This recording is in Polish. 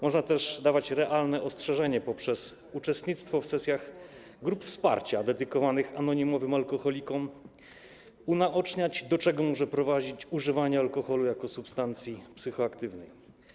Można też dawać realne ostrzeżenie: unaoczniać, poprzez uczestnictwo w sesjach grup wsparcia dedykowanych anonimowym alkoholikom, do czego może prowadzić używanie alkoholu jako substancji psychoaktywnej.